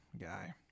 guy